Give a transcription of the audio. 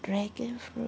dragons